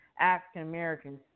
African-Americans